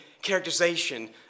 characterization